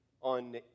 on